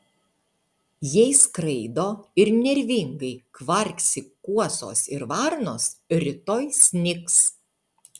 jei skraido ir nervingai kvarksi kuosos ir varnos rytoj snigs